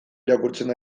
irakurtzen